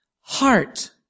heart